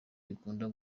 bikunda